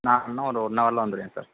நான் இன்னும் ஒரு ஒன் ஹவரில் வந்துருவேன் சார்